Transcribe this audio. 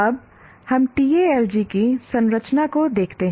अब हम TALG की संरचना को देखते हैं